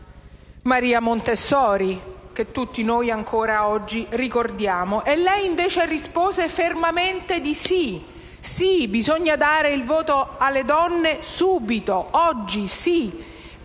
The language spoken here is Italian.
Maria Montessori, che tutti noi ancora oggi ricordiamo. E lei, invece, rispose fermamente di sì: bisogna dare il voto alle donne subito, oggi,